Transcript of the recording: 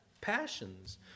passions